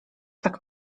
tak